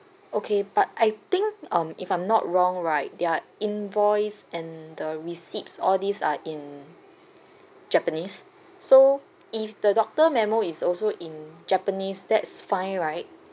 okay but I think um if I'm not wrong right their invoice and the receipts all these are in japanese so if the doctor memo is also in japanese that's fine right